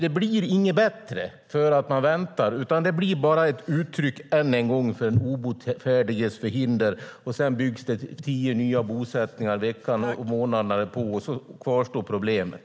Det blir inte bättre för att man väntar, utan det blir bara än en gång ett uttryck för den obotfärdiges förhinder. Sedan byggs det tio nya bosättningar veckorna och månaderna därpå, och så kvarstår problemet.